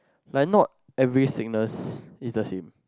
like not every sickness is the same